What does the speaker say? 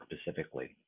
specifically